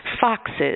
Foxes